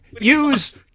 use